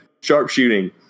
sharpshooting